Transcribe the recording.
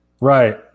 Right